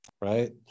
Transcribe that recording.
Right